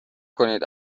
کنید